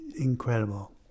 incredible